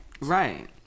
right